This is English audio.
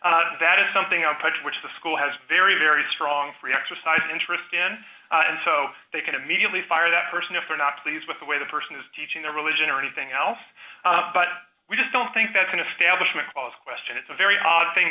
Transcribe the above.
can that is something i put in which the school has very very strong free exercise interest in and so they can immediately fire that person if they're not pleased with the way the person is teaching their religion or anything else but we just don't think that's an establishment clause question it's a very odd thing